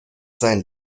sein